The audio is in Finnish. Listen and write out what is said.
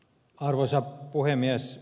arvoisa puhemies